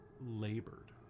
labored